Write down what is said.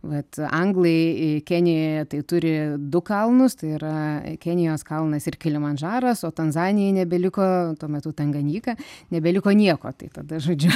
vat anglai kenijoje tai turi du kalnus tai yra kenijos kalnas ir kilimandžaras o tanzanijai nebeliko tuo metu tanganjika nebeliko nieko tai tada žodžiu